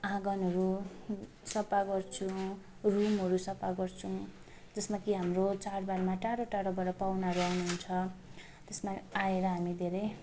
आँगनहरू सफा गर्छौँ रुमहरू सफा गर्छौँ जसमा कि हाम्रो चाडबाडमा टाडो टाडोबाट पाहुनाहरू आउनु हुन्छ त्यसमा आएर हामी धेरै